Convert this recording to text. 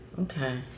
Okay